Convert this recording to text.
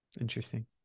Interesting